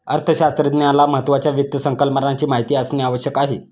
अर्थशास्त्रज्ञाला महत्त्वाच्या वित्त संकल्पनाची माहिती असणे आवश्यक आहे